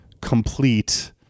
complete